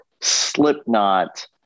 Slipknot